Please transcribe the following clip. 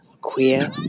queer